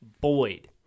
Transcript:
Boyd